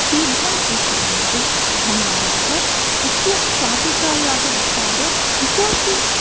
शीघ्रं स्वीकुर्वन्तु धन्यवादः अस्य शाटिकायाः विचारे इतोऽपि